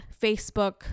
Facebook